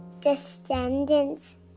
Descendants